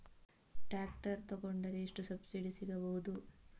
Tractor ತೊಕೊಂಡರೆ ಎಷ್ಟು subsidy ಸಿಗಬಹುದು?